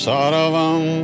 Saravam